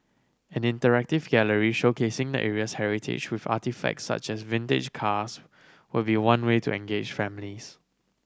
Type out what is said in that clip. an interactive gallery showcasing the area's heritage with artefacts such as vintage cars will be one way to engage families